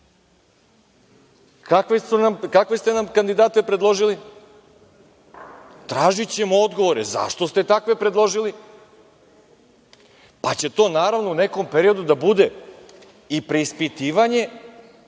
kakve ste nam kandidate predložili. Tražićemo odgovore zašto ste takve predložili, pa će to naravno u nekom periodu da bude i preispitivanje